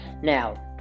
now